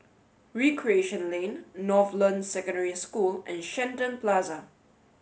recreation Lane Northland Secondary School and Shenton Plaza